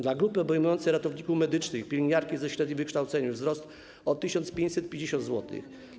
Dla grupy obejmującej ratowników medycznych, pielęgniarki ze średnim wykształceniem - wzrost o 1550 zł.